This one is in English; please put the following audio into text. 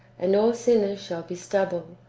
and all sinners shall be stubble,